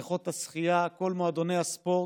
בריכות השחייה, כל מועדוני הספורט,